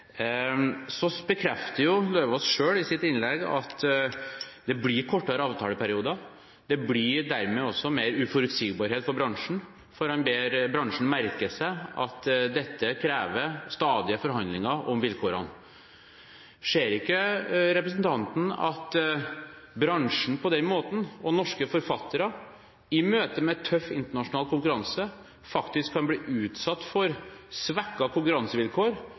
i sitt innlegg at det blir kortere avtaleperioder. Det blir dermed mer uforutsigbarhet for bransjen. Bransjen merker seg at dette krever stadige forhandlinger om vilkårene. Ser ikke representanten at bransjen og norske forfattere i møte med en tøff internasjonal konkurranse kan bli utsatt for svekkede konkurransevilkår